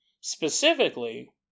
specifically